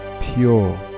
pure